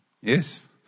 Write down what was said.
Yes